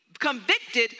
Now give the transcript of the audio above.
convicted